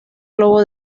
globo